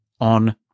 on